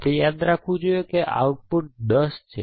આપણે યાદ રાખવું જોઈએ કે આ આઉટપુટ 10 છે